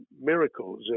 miracles